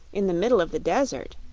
in the middle of the desert,